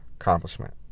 accomplishment